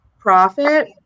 profit